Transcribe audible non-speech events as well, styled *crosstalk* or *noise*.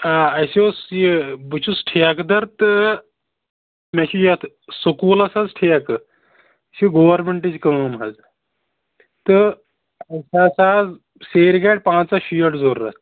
اَسہِ اوس یہِ بہٕ چھُس ٹھیکہٕ دَر تہٕ مےٚ چھِ یَتھ سُکوٗلَس حظ ٹھیکہٕ یہِ چھِ گورمٮ۪نٛٹٕچ کٲم حظ تہٕ اَسہِ ہسا *unintelligible* سیرِ گاڑِ پنٛژاہ شیٹھ ضوٚرَتھ